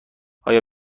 آیا